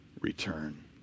return